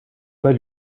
pas